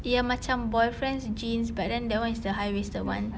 yang macam boyfriend's jeans but then that one is the high waisted one